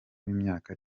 w’imyaka